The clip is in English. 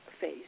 face